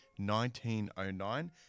1909